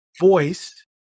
voice